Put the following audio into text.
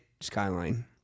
Skyline